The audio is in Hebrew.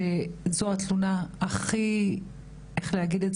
שזו התלונה, איך להגיד?